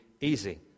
easy